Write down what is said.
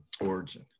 origin